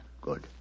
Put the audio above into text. Good